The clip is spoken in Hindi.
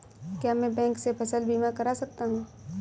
क्या मैं बैंक से फसल बीमा करा सकता हूँ?